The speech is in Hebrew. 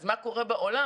אז מה קורה בעולם?